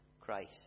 Christ